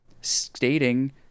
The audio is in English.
stating